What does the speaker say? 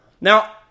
Now